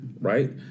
right